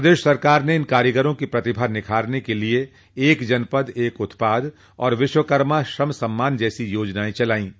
प्रदेश सरकार ने इन कारीगरों की प्रतिभा निखारने के लिये एक जनपद एक उत्पाद और विश्वकर्मा श्रम सम्मान जैसी योजनाएं चलाई है